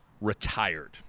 retired